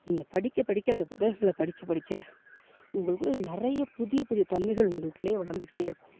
நீங்கள் படிக்க படிக்க அந்த புத்தகங்களை படிக்க படிக்க உங்களுக்குள் நிறைய புதிய புதிய தன்மைகள் உங்களுக்குள் வளந்துக்கிட்டு இருக்கும்